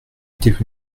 étaient